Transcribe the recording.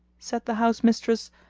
said the house mistress,